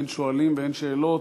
ואין שואלים ואין שאלות,